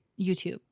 youtube